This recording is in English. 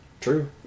True